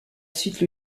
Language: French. suite